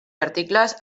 articles